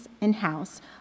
in-house